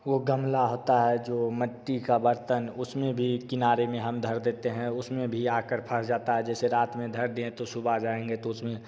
वो गमला होता है जो मट्टी का बर्तन उसमें भी किनारे में हम धर देते हैं उसमें भी आकर फँस जाता है जैसे रात में धर दिएँ हैं तो सुबह जाएँगे तो उसमें